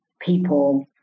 people